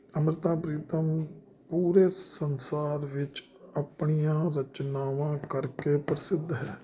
ਅੰਮ੍ਰਿਤਾ ਪ੍ਰੀਤਮ ਪੂਰੇ ਸੰਸਾਰ ਵਿੱਚ ਆਪਣੀਆਂ ਰਚਨਾਵਾਂ ਕਰਕੇ ਪ੍ਰਸਿੱਧ ਹੈ